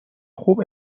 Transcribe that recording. خوب